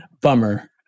bummer